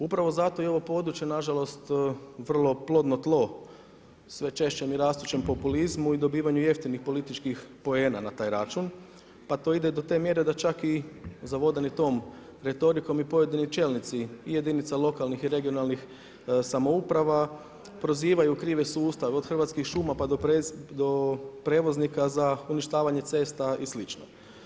Upravo zato i ovo područje na žalost vrlo plodno tlo, sve češće i rastućem populizmu i dobivanju jeftinih političkih poena na taj račun, pa to ide do te mjere da čak i zavedeni tom retorikom i pojedini čelnici i jedinica lokalnih i regionalnih samouprava prozivaju krivi sustav od Hrvatskih šuma pa do prijevoznika za uništavanje cesta i slično.